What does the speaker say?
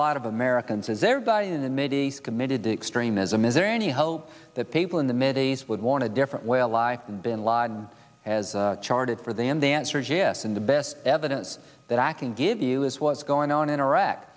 lot of americans is everybody in the mideast committed to extremism is there any hope that people in the mideast would want to different way of life and bin laden has charted for them the answer is yes and the best evidence that i can give you is what's going on in iraq